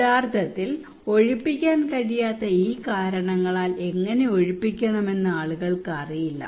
യഥാർത്ഥത്തിൽ ഒഴിപ്പിക്കാൻ കഴിയാത്ത ഈ കാരണങ്ങളാൽ എങ്ങനെ ഒഴിപ്പിക്കണമെന്ന് ആളുകൾക്ക് അറിയില്ല